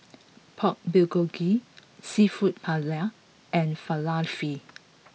Pork Bulgogi Seafood Paella and Falafel